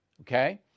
Okay